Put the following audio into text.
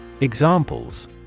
Examples